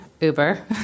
uber